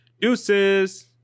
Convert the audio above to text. Deuces